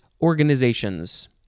organizations